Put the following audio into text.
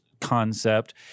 concept